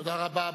תודה רבה.